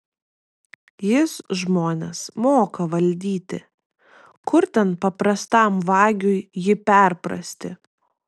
jis žmones moka valdyti kur ten paprastam vagiui jį perprasti